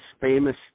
famous